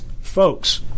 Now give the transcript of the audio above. folks